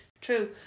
True